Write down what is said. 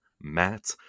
Matt